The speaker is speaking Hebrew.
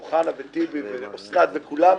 אוחנה, טיבי, אוסנת וכולם,